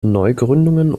neugründungen